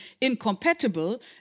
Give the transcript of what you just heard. incompatible